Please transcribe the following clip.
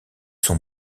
son